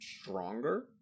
stronger